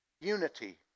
unity